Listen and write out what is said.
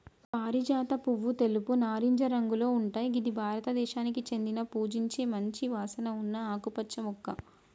పారిజాత పువ్వు తెలుపు, నారింజ రంగులో ఉంటయ్ గిది భారతదేశానికి చెందిన పూజించే మంచి వాసన ఉన్న ఆకుపచ్చ మొక్క